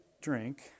drink